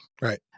Right